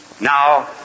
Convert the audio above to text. Now